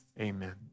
Amen